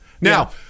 now